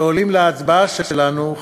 שעולים להצבעה שלנו,